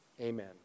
Amen